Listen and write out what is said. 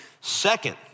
Second